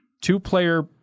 Two-player